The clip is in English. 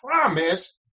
promise